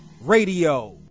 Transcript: radio